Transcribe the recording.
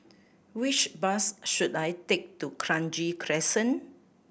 which bus should I take to Kranji Crescent